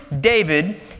David